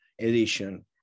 edition